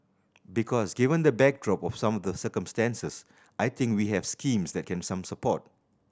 because given the backdrop of some the circumstances I think we have schemes that can some support